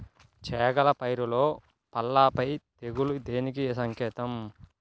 చేగల పైరులో పల్లాపై తెగులు దేనికి సంకేతం?